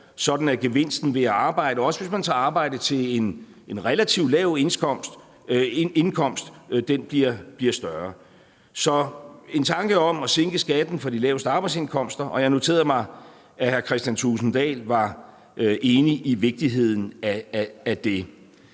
sådan at gevinsten ved at arbejde, også hvis man tager arbejde til en relativt lav indkomst, bliver større – så en tanke om at sænke skatten for de laveste arbejdsindkomster. Jeg noterede mig, at hr. Kristian Thulesen Dahl var enig i vigtigheden af det.